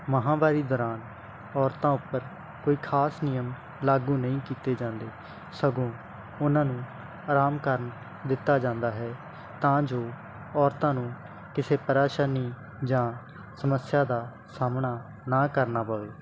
ਮਾਹਵਾਰੀ ਦੌਰਾਨ ਔਰਤਾਂ ਉੱਪਰ ਕੋਈ ਖ਼ਾਸ ਨਿਯਮ ਲਾਗੂ ਨਹੀਂ ਕੀਤੇ ਜਾਂਦੇ ਸਗੋਂ ਉਹਨਾਂ ਨੂੰ ਆਰਾਮ ਕਰਨ ਦਿੱਤਾ ਜਾਂਦਾ ਹੈ ਤਾਂ ਜੋ ਔਰਤਾਂ ਨੂੰ ਕਿਸੇ ਪਰੇਸ਼ਾਨੀ ਜਾਂ ਸਮੱਸਿਆ ਦਾ ਸਾਹਮਣਾ ਨਾ ਕਰਨਾ ਪਵੇ